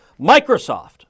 Microsoft